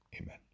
Amen